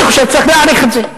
אני חושב שצריך להעריך את זה.